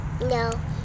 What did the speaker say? No